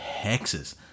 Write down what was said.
Hexes